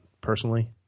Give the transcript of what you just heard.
personally